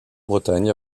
bretagne